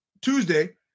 Tuesday